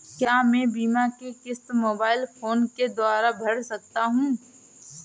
क्या मैं बीमा की किश्त मोबाइल फोन के द्वारा भर सकता हूं?